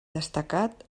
destacat